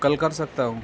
کل کر سکتا ہوں